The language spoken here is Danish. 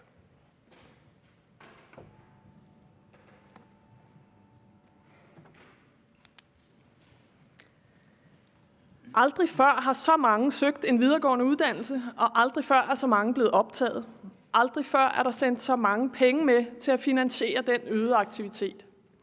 Aldrig før har så mange søgt en videregående uddannelse, og aldrig før er så mange blevet optaget. Aldrig før er der sendt så mange penge med til at finansiere den øgede aktivitet.